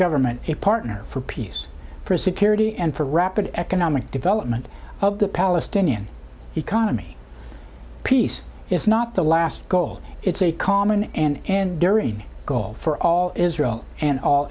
government a partner for peace for security and for rapid economic development of the palestinian economy peace is not the last goal it's a common and enduring goal for all israel and all